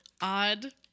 odd